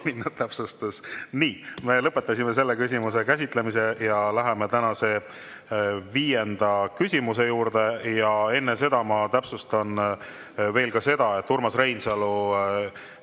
(Naerab.) Nii, me lõpetasime selle küsimuse käsitlemise. Läheme tänase viienda küsimuse juurde. Enne seda ma täpsustan veel ka seda, et Urmas Reinsalu